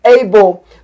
able